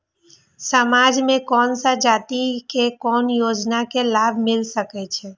समाज में कोन सा जाति के कोन योजना के लाभ मिल सके छै?